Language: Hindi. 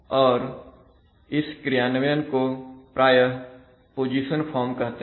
और इस क्रियान्वयन को प्रायः पोजीशन फॉर्म कहते हैं